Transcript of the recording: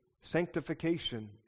sanctification